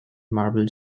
marble